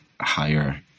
higher